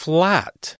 Flat